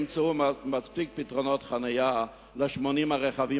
ימצאו מספיק פתרונות חנייה ל-80 הרכבים